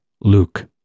Luke